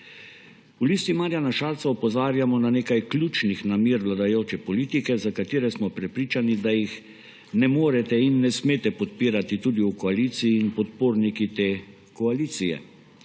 V Listi Marjana Šarca opozarjamo na nekaj ključnih namer vladajoče politike, za katere smo prepričani, da jih ne morete in ne smete podpirati tudi v koaliciji in podporniki te koalicije.